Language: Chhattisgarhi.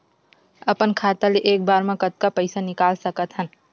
अपन खाता ले एक बार मा कतका पईसा निकाल सकत हन?